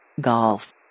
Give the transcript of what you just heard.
Golf